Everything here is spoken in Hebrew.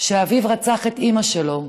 שאביו רצח את אימא שלו,